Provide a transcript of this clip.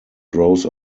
grows